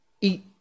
Eat